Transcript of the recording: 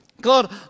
God